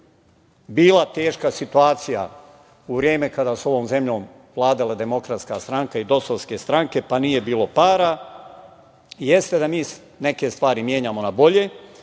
bila teška situacija u vreme kada su ovom zemljom vladale DS i DOS-ovske stranke pa nije bilo para. Jeste da mi neke stvari menjamo na bolje,